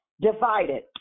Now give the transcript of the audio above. divided